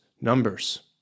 numbers